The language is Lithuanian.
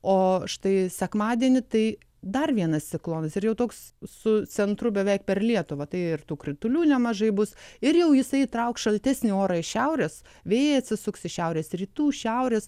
o štai sekmadienį tai dar vienas ciklonas ir jau toks su centru beveik per lietuvą tai ir tų kritulių nemažai bus ir jau jisai įtrauks šaltesnį orą šiaurės vėjai atsisuks šiaurės rytų šiaurės